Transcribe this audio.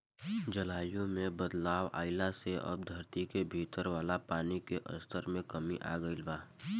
जलवायु में बदलाव आइला से अब धरती के भीतर वाला पानी के स्तर में कमी आ गईल बा